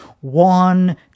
one